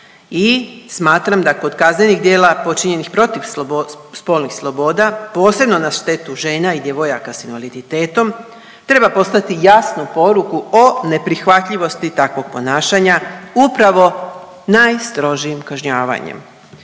i smatram da kod kaznenih djela počinjenih protiv spolnih sloboda posebno na štetu žena i djevojaka sa invaliditetom treba poslati jasnu poruku o neprihvatljivosti takvog ponašanja upravo najstrožijim kažnjavanjem.